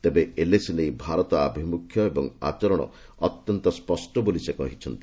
ତେବେ ଏଲଏସି ନେଇ ଭାରତ ଆଭିମ୍ରଖ୍ୟ ଏବଂ ଆଚରଣ ଅତ୍ୟନ୍ତ ସ୍ୱଷ୍ଟ ବୋଲି ସେ କହିଛନ୍ତି